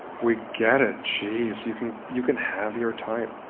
we get it, geez, you can you can have your type.